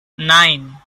nine